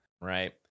Right